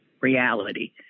reality